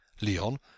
Leon